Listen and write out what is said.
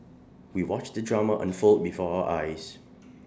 we watched the drama unfold before our eyes